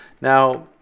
Now